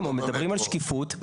או מדברים על שקיפות --- לא במטרו,